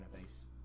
base